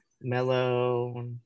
mellow